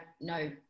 no